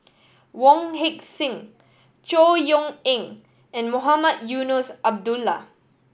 Wong Heck Sing Chor Yeok Eng and Mohamed Eunos Abdullah